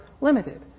limited